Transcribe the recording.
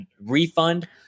refund –